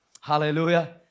Hallelujah